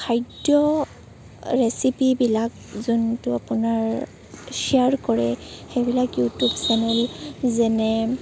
খাদ্য ৰেচিপিবিলাক যোনবোৰ আপোনাৰ চেয়াৰ কৰে সেইবিলাক ইউটিউব চেনেল যেনে